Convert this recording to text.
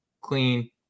clean